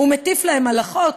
הוא מטיף להם הלכות,